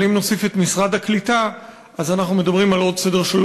אבל אם נוסיף את משרד הקליטה אז אנחנו מדברים על עוד סדר גודל,